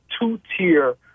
two-tier